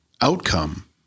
outcome